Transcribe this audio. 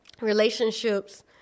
relationships